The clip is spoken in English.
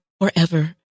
forever